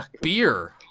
beer